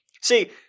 See